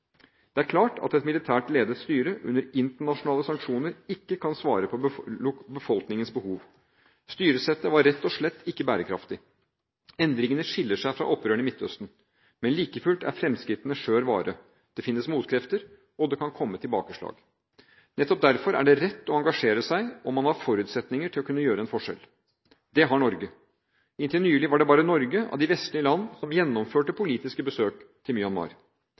Det er klart at et militært ledet styre under internasjonale sanksjoner ikke kan svare på befolkningens behov. Styresettet var rett og slett ikke bærekraftig. Endringene skiller seg fra opprørene i Midtøsten. Men like fullt er fremskrittene skjør vare. Det finnes motkrefter, og det kan komme tilbakeslag. Nettopp derfor er det rett å engasjere seg – om man har forutsetninger til å kunne gjøre en forskjell. Det har Norge. Inntil nylig var det bare Norge av de vestlige land som gjennomførte politiske besøk til Myanmar.